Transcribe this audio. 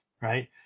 right